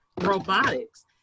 Robotics